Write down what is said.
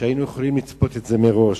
שהיינו יכולים לצפות את זה, מראש.